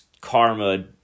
karma